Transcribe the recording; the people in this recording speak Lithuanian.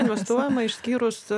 investuojama išskyrus